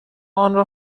آنرا